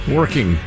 working